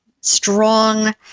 strong